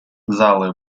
залы